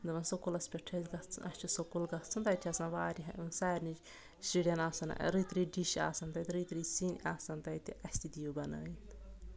دپَان سکوٗلَس پؠٹھ چھُ اَسہِ گژھُن اَسہِ چھِ سکوٗل گژھُن تَتہِ چھِ آسان واریاہ سارنٕے شُریٚن آسان رٔتۍ رٔتۍ ڈِش آسان تَتہِ رٔتۍ رٕتۍ سِنۍ آسان تَتہِ اَسہِ تہِ دِیِو بَنٲیِتھ